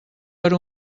per